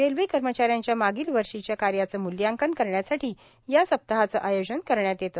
railway कर्मचाऱ्यांच्या मागील वर्षीच्या कार्याचं म्ल्यांकन करण्यासाठी या सप्ताहाचं आयोजन करण्यात येत